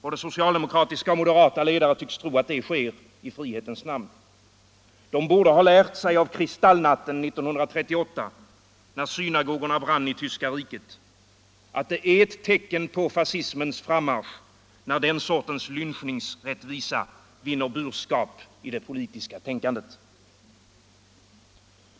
Både socialdemokratiska och moderata ledare tycks tro att det sker i frihetens namn. De borde ha lärt sig av kristallnatten 1938, när synagogorna brann i Tyska riket, att det är ett tecken på fascismens frammarsch då den sortens lynchningsrättvisa vinner burskap i det politiska tänkandet.